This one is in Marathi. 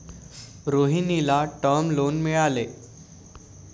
रोहिणीला टर्म लोन मिळाले